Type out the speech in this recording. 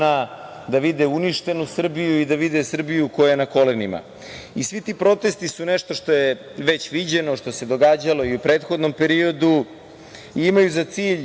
da vide uništenu Srbiju i da vide Srbiju koja je na kolenima. Svi ti protesti su nešto što je već viđeno, što se događalo i u prethodnom periodu i imaju za cilj